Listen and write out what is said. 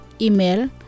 Email